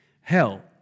Hell